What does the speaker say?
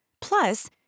Plus